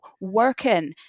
working